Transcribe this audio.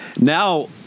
Now